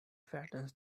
fattens